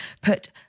put